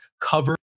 cover